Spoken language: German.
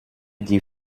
die